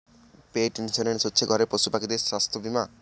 পেট insurance হচ্ছে ঘরের পশুপাখিদের স্বাস্থ্য বীমা